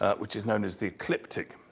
ah which is known as the ecliptic.